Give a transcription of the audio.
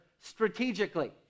strategically